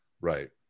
Right